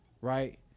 right